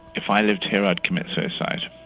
if i lived here i'd commit suicide.